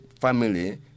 family